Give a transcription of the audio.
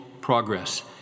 progress